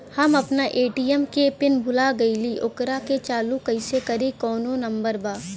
हम अपना ए.टी.एम के पिन भूला गईली ओकरा के चालू कइसे करी कौनो नंबर बा?